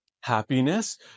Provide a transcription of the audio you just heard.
happiness